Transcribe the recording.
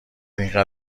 اینقدر